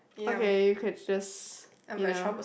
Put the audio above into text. okay you could just you know